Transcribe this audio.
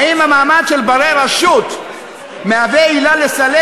האם המעמד של בני-רשות מהווה עילה לסלק